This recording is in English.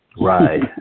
Right